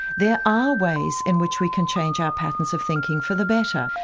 there are ways in which we can change our patterns of thinking for the better.